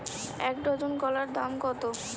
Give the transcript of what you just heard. এক ডজন কলার দাম কত?